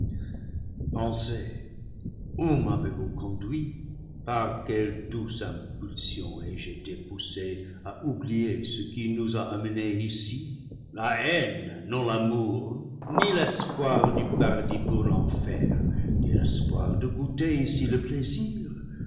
où m'avez-vous conduit par quelle douce impul sion ai-je été poussé à oublier ce qui nous a amené ici la haine non l'amour ni l'espoir du paradis pour l'enfer ni l'espoir de goûter ici le plaisir